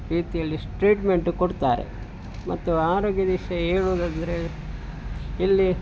ರೀತಿಯಲ್ಲಿ ಟ್ರೀಟ್ಮೆಂಟು ಕೊಡ್ತಾರೆ ಮತ್ತು ಆರೋಗ್ಯದ ವಿಷಯ ಹೇಳೂದಂದ್ರೆ ಇಲ್ಲಿ